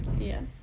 yes